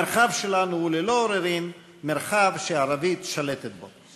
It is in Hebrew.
המרחב שלנו הוא ללא עוררין מרחב שהערבית שלטת בו.